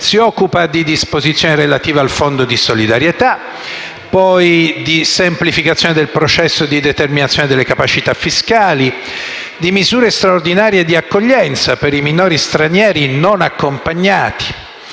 contengono disposizioni relative al fondo di solidarietà e alla semplificazione del processo di determinazione delle capacità fiscali, nonché misure straordinarie di accoglienza per i minori stranieri non accompagnati.